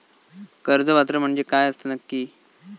कर्ज पात्र म्हणजे काय असता नक्की?